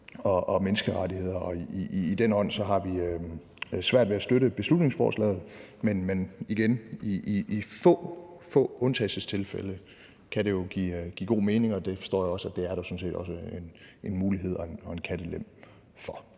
og menneskerettigheder. I den ånd har vi svært ved at støtte beslutningsforslaget. Men igen: I få, få undtagelsestilfælde kan det jo give god mening. Og det forstår jeg også at der sådan set er en mulighed og en kattelem for.